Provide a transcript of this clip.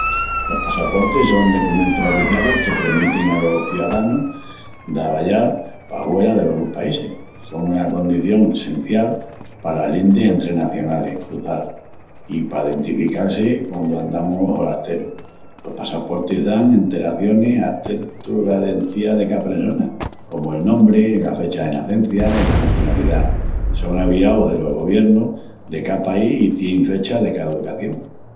Los passaportis son decumentus oficialis que premitin alos ciadanus d'aballal pahuera delos sus paísis. Son una condición sencial palas lindis entrenacionalis cruzal i pa dentifical-si quandu andamus holasterus. Los passaportis dan enteracionis a tentu la dentiá de cá pressona, comu'l nombri, la fecha de nacencia i la nacionalidá. Son aviaus delos govienus de cá país i tienin fecha de caducación.